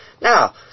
now